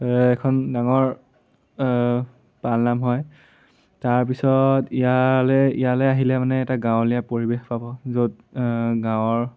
এখন ডাঙৰ পালনাম হয় তাৰপিছত ইয়ালে ইয়ালে আহিলে মানে এটা গাঁৱলীয়া পৰিৱেশ পাব য'ত গাঁৱৰ